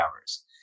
hours